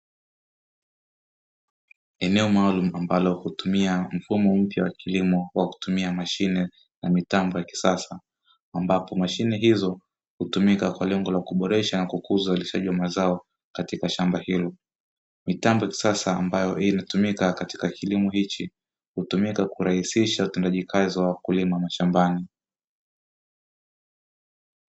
Eneo maalumu ambalo hutumia mfumo mpya wa kilimo kwa kutumia mashine na mitambo ya kisasa, ambapo mashine hizo hutumika kwa lengo la kuboresha na kukuza uzalishaji wa mazao katika shamba hilo. Mitambo ya kisasa ambayo inatumika katika kilimo hichi hutumika kurahisisha utendaji kazi wa wakulima mashambani.